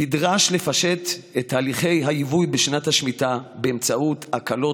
נדרש לפשט את הליכי היבוא בשנת השמיטה באמצעות הקלות